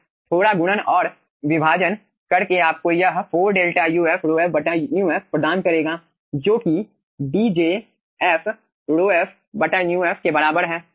थोड़ा गुणन और विभाजन करके आपको यह 4 𝛿 uf ρf μf प्रदान करेगा जो कि D jf ρf μf के बराबर है